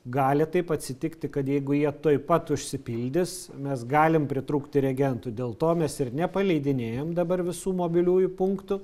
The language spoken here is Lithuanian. gali taip atsitikti kad jeigu jie tuoj pat užsipildys mes galim pritrūkti reagentų dėl to mes ir nepaleidinėjam dabar visų mobiliųjų punktų